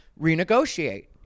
renegotiate